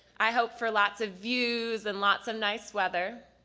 i hoped for lots of views and lots of nice weather.